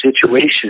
situation